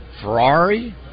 Ferrari